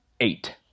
Eight